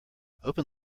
open